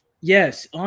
Yes